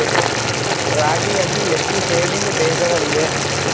ರಾಗಿಯಲ್ಲಿ ಎಷ್ಟು ಸೇಡಿಂಗ್ ಬೇಜಗಳಿವೆ?